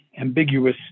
ambiguous